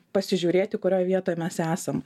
pasižiūrėti kurioj vietoj mes esam